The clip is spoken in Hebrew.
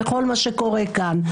בכל מה שקורה כאן.